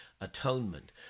atonement